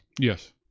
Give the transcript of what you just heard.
Yes